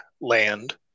land